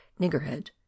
niggerhead